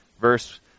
verse